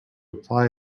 apply